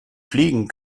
fliegen